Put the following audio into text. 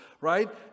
right